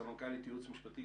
סמנכ"לית ייעוץ משפטי,